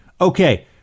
Okay